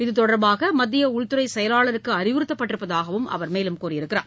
இது தொடர்பாக மத்திய உள்துறை செயலாளருக்கு அறிவறுத்தப் பட்டிருப்பதாகவும் அவர் கூறினார்